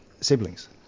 Siblings